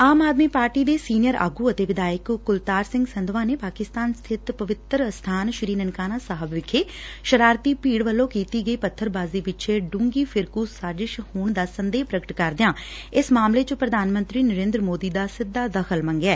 ਆਮ ਆਦਮੀ ਪਾਰਟੀ ਦੇ ਸੀਨੀਅਰ ਆਗੁ ਅਤੇ ਵਿਧਾਇਕ ਕੁਲਤਾਰ ਸਿੰਘ ਸੰਧਵਾਂ ਨੇ ਪਾਕਿਸਤਾਨ ਸਬਿਤ ਪਵਿੱਤਰ ਅਸਬਾਨ ਸ੍ਰੀ ਨਨਕਾਣਾ ਸਾਹਿਬ ਵਿਖੇ ਸ਼ਰਾਰਤੀ ਭੀੜ ਵੱਲੋਂ ਕੀਤੀ ਗਈ ਪੱਬਰ ਬਾਜ਼ੀ ਪਿੱਛੇ ਡੂੰਘੀ ਫ਼ਿਰਕੁ ਸਾਜ਼ਿਸ਼ ਹੋਣ ਦਾ ਸੰਦੇਹ ਪ੍ਰਗਟ ਕਰਦਿਆਂ ਇਸ ਮਾਮਲੇ 'ਚ ਪ੍ਰਧਾਨ ਮੰਤਰੀ ਨਰੰਦਰ ਮੋਦੀ ਦਾ ਸਿੱਧਾ ਦਖ਼ਲ ਮੰਗਿਐ